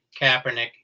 Kaepernick